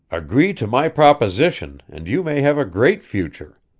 agree to my proposition and you may have a great future.